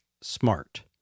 smart